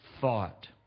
thought